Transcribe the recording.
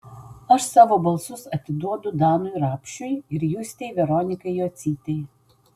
aš savo balsus atiduodu danui rapšiui ir justei veronikai jocytei